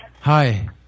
Hi